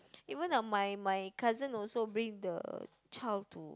even uh my my cousin also bring the child to